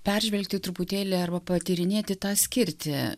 peržvelgti truputėlį arba patyrinėti tą skirti